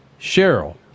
Cheryl